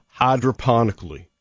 hydroponically